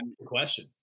question